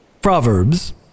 Proverbs